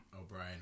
O'Brien